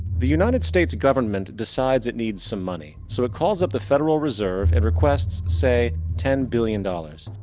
the united states government decides it needs some money. so it calls up the federal reserve and requests, say, ten billion dollars.